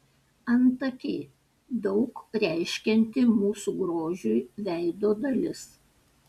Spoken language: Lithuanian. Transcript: antakiai daug reiškianti mūsų grožiui veido dalis